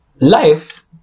Life